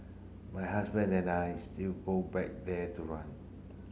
my husband and I still go back there to run